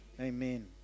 Amen